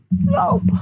nope